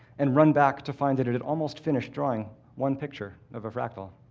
and run back to find that it had almost finished drawing one picture of a fractal.